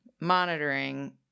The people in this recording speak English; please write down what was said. monitoring